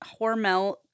Hormel